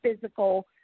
physical